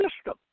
system